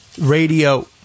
Radio